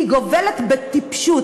גובל בטיפשות.